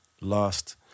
last